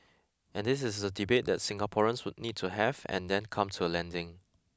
and this is a debate that Singaporeans would need to have and then come to a landing